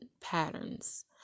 patterns